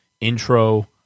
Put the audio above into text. intro